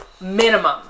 Minimum